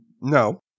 No